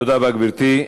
תודה, גברתי.